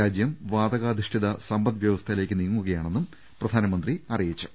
രാജ്യം വാതകാധിഷ്ഠിത സമ്പദ് വ്യവസ്ഥയിലേക്ക് നീങ്ങു കയാണെന്നും പ്രധാനമന്ത്രി അറിയിച്ചു